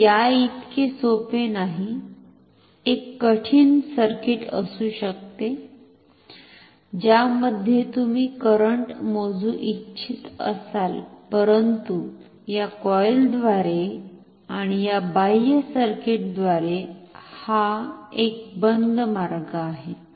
हे याइतके सोपे नाही एक कठिण सर्किट असू शकते ज्यामध्ये तुम्ही करंट मोजू इच्छित असाल परंतु या कॉईलद्वारे आणि या बाह्य सर्किटद्वारे हा एक बंद मार्ग आहे